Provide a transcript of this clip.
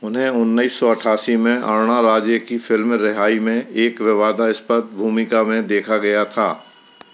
उन्हें उन्नीस सौ अठासी में अरुणा राजे की फ़िल्म रिहाई में एक विवादास्पद भूमिका में देखा गया था